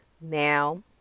now